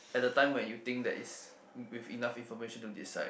at the time where you think that is with enough information to decide